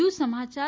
વધુ સમાચાર